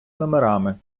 номерами